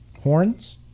horns